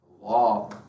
law